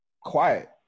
Quiet